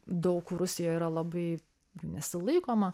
daug kur rusijoj yra labai jų nesilaikoma